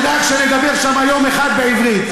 תדאג שנדבר שם יום אחד בעברית.